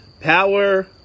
power